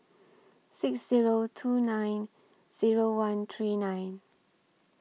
six Zero two nine Zero one three nine